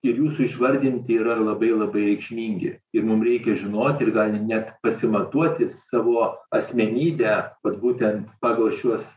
ir jūsų išvardinti yra labai labai reikšmingi ir mum reikia žinoti ir gal net pasimatuoti savo asmenybę vat būtent pagal šiuos